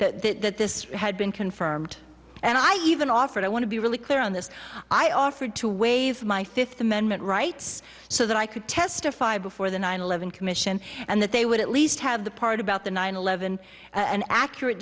commission that this had been confirmed and i even offered i want to be really clear on this i offered to waive my fifth amendment rights so that i could testify before the nine eleven commission and that they would at least have the part about the nine eleven an accurate